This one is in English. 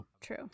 True